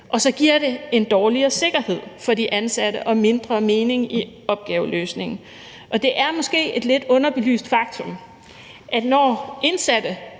og så giver det en dårligere sikkerhed for de ansatte og mindre mening i opgaveløsningen. Og det er måske et lidt underbelyst faktum, at når indsatte